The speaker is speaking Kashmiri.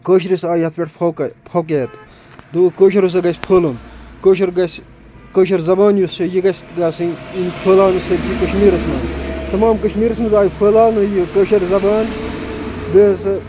کٲشرس آیہِ یَتھ پٮ۪ٹھ فوکہ فوکِیتھ کہِ کٲشُر ہَسا گَژھِ پھہلُن کٲشُر گَژھِ کٲشِر زبان یۄس چھِ یہِ گَژھہِ گژھٕنۍ پھٕلاونہٕ سٲرسٕے کَشمیٖرس منٛز تِمام کشمیٖرس منٛز آیہِ پھہلاونہٕ یہِ کٲشٕر زَبان بیٚیہِ ہَسا